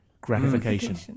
gratification